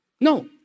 No